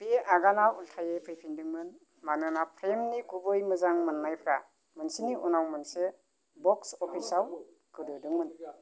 बे आगाना उलथायै फैफिनदोंमोन मानोना प्रेमनि गुबै मोजां मोन्नायफ्रा मोनसेनि उनाव मोनसे बक्स अफिसाव गोदोदोंमोन